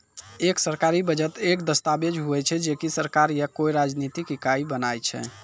एक सरकारी बजट एक दस्ताबेज हुवै छै जे की सरकार या कोय राजनितिक इकाई बनाय छै